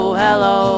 hello